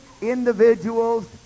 individuals